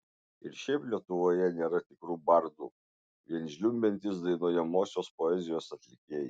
ir šiaip lietuvoje nėra tikrų bardų vien žliumbiantys dainuojamosios poezijos atlikėjai